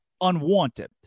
unwanted